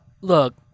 look